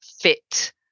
fit